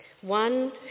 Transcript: One